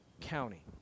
county